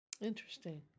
Interesting